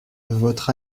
votre